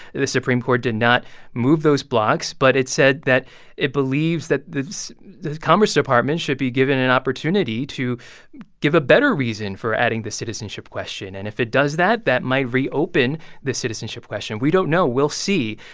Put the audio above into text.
the supreme court did not move those blocks. but it said that it believes that the commerce department should be given an opportunity to give a better reason for adding the citizenship question. and if it does that, that might reopen the citizenship question. we don't know. we'll see.